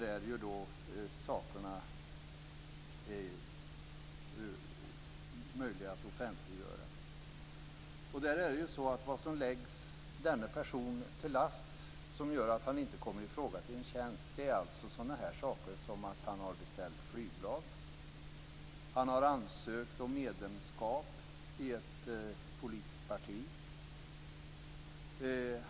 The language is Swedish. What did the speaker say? Där är sakerna möjliga att offentliggöra. Vad som läggs denne person till last och som gör att han inte kommer ifråga till en tjänst är sådana saker som att han beställt flygblad. Han har ansökt om medlemskap i ett politiskt parti.